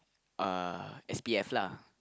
uh S_P_F lah